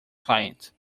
client